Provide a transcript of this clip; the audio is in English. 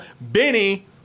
Benny